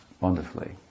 wonderfully